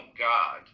God